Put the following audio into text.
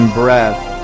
breath